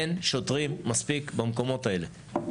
אין שוטרים מספיק במקומות האלה.